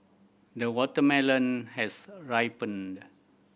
the watermelon has ripened